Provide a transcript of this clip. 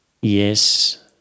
Yes